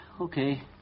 Okay